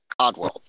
Oddworld